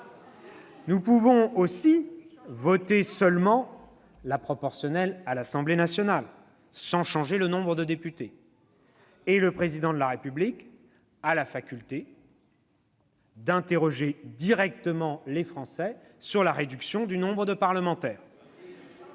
Nous pouvons aussi voter seulement la proportionnelle à l'Assemblée nationale, sans changer le nombre de députés. Et le Président de la République ala faculté d'interroger directement les Français sur la réduction du nombre de parlementaires.